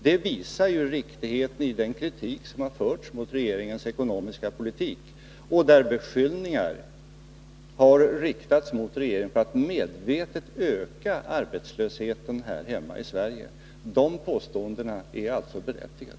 Det visar ju riktigheten i den kritik som har framförts mot regeringens ekonomiska politik och där beskyllningar har riktats mot regeringen, att den medvetet har ökat arbetslösheten här hemma i Sverige. Det påståendet är alltså berättigat.